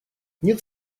нет